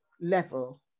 level